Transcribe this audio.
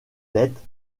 têtes